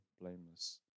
blameless